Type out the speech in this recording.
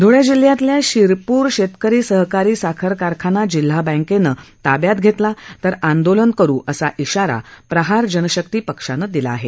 ध्ळे जिल्ह्यातला शिरपूर शेतकरी सहकारी साखर कारखाना जिल्हा बँकेनं ताब्यात घेतला तर आंदोलन करू असा इशारा प्रहार जनशक्ती पक्षानं दिला आहे